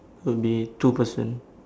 would be two person